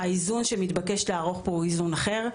האיזון שמתבקש לערוך פה הוא איזון אחר.